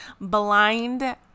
blind